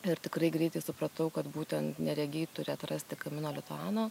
ir tikrai greitai supratau kad būtent neregiai turi atrasti kamino lituano